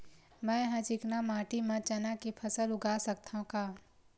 मै ह चिकना माटी म चना के फसल उगा सकथव का?